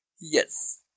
Yes